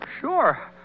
sure